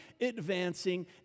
advancing